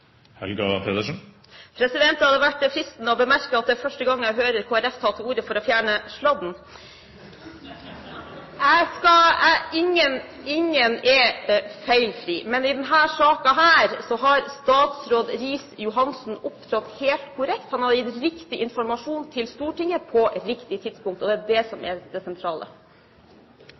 Det hadde vært fristende å bemerke at det er første gang jeg hører Kristelig Folkeparti ta til orde for å fjerne sladden. Ingen er feilfrie, men i denne saken har statsråd Riis-Johansen opptrådt helt korrekt. Han har gitt riktig informasjon til Stortinget på riktig tidspunkt, og det er det som er det sentrale.